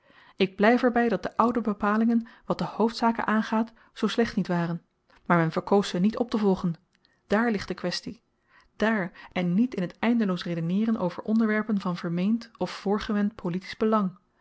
ik blyf er by dat de oude bepalingen wat de hoofdzaken aangaat zoo slecht niet waren maar men verkoos ze niet optevolgen dààr ligt de kwestie daar en niet in t eindeloos redeneeren over onderwerpen van vermeend of voorgewend politisch belang